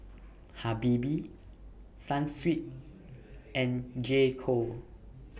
Habibie Sunsweet and J Co